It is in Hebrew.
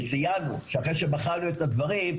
וציינו שאחרי שבחנו את הדברים,